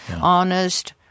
Honest